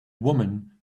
woman